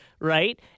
right